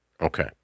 Okay